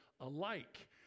alike